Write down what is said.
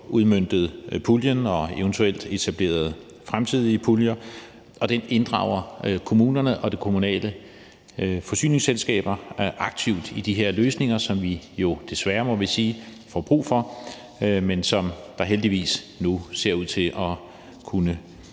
udmøntet puljen og eventuelt få etableret fremtidige puljer, og det inddrager kommunerne og de kommunale forsyningsselskaber aktivt i de her løsninger, som vi jo desværre, må vi sige, får brug for, men som der heldigvis nu ser ud til at kunne